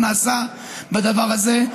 מה נעשה עם הדבר הזה.